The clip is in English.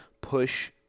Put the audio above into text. push